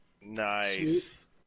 Nice